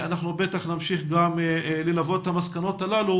אנחנו בטח נמשיך ללוות את המסקנות הללו